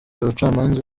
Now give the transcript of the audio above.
abacamanza